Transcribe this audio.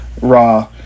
Raw